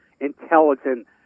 intelligent